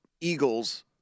Eagles